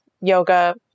yoga